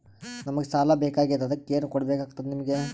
ನಮಗ ಸಾಲ ಬೇಕಾಗ್ಯದ ಅದಕ್ಕ ಏನು ಕೊಡಬೇಕಾಗ್ತದ ನಿಮಗೆ?